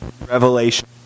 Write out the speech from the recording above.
Revelation